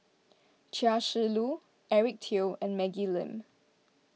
Chia Shi Lu Eric Teo and Maggie Lim